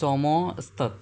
चोमो आसतात